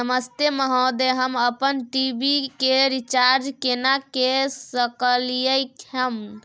नमस्ते महोदय, हम अपन टी.वी के रिचार्ज केना के सकलियै हन?